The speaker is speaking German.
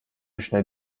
schnell